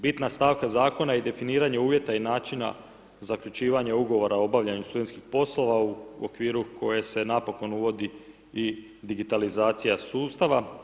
Bitan stavka zakona je definiranje uvjeta i načina zaključivanje ugovora o obavljanju studentskih poslova u okviru koje se napokon uvodi i digitalizacija sustava.